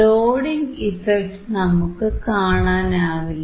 loading effect നമുക്ക് കാണാനാവില്ല